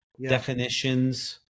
definitions